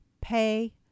pay